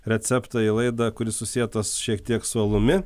receptą į laidą kuris susietas šiek tiek su alumi